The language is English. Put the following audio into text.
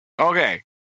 Okay